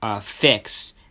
fix